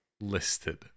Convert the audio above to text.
listed